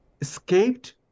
escaped